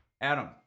Adam